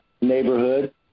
neighborhood